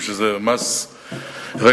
כי זה מס רגרסיבי,